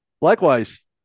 Likewise